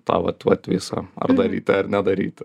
tą vat vat visą ar daryti ar nedaryti